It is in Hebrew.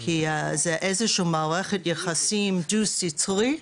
כי זו איזושהי מערכת יחסים דו-סטרי,